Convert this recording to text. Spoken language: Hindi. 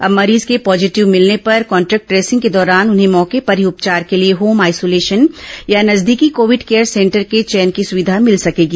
अब मरीज के पॉजीटिव मिलने पर कॉन्ट्रेक्ट ट्रेसिंग के दौरान उन्हें मौके पर ही उपचार के लिए होम आइसोलेशन या नजदीकी कोविड केयर सेंटर के चयन की सुविधा मिल सकेगी